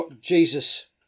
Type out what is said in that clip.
Jesus